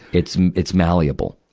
it's, it's malleable.